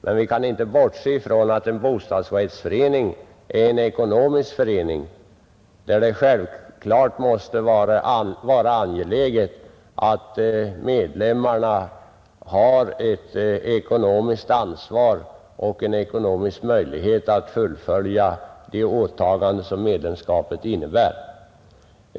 Men vi kan inte bortse ifrån att en bostadsrättsförening är en ekonomisk förening, där det självklart måste vara angeläget att medlemmarna har ett ekonomiskt ansvar och en ekonomisk möjlighet att fullfölja de åtaganden som medlemskapet innebär.